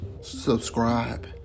subscribe